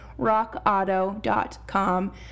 rockauto.com